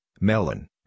melon